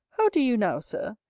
how do you now, sir?